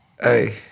Hey